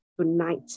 tonight